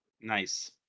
Nice